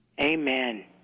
Amen